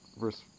verse